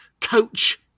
coach